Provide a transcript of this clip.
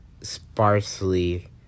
sparsely